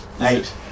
Eight